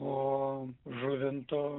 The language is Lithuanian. o žuvinto